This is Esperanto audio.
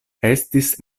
estis